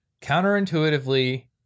counterintuitively